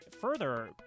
further